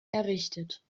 errichtet